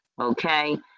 okay